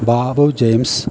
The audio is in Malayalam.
ബാബു ജെയിംസ്